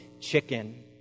chicken